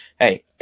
hey